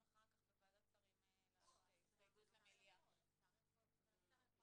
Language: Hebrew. נצביע על זה עם ההצעה שעלתה כאן מצד הבט"פ שגם לפיקוח